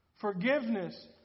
Forgiveness